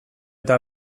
eta